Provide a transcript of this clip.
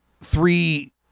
three